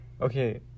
okay